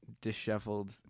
disheveled